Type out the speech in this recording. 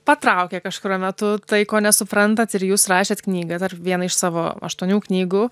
patraukė kažkuriuo metu tai ko nesuprantat ir jūs rašėt knygą dar vieną iš savo aštuonių knygų